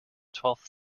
twelfth